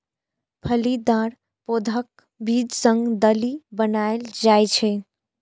फलीदार पौधाक बीज सं दालि बनाएल जाइ छै